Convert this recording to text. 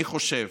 אני חושב,